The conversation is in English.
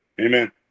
Amen